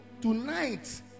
tonight